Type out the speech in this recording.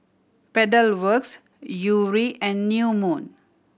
Pedal Works Yuri and New Moon